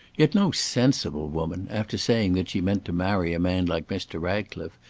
yet no sensible woman, after saying that she meant to marry a man like mr. ratcliffe,